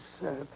sir